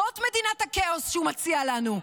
זאת מדינת הכאוס שהוא מציע לנו: